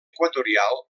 equatorial